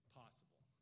possible